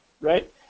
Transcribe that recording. right